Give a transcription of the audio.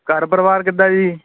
ਘਰ ਪਰਿਵਾਰ ਕਿੱਦਾਂ ਜੀ